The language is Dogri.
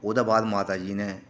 ओह्दे बाद माता जी ने